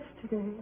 yesterday